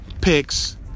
picks